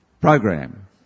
program